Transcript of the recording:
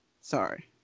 Sorry